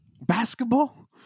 Basketball